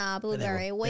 blueberry